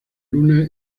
luna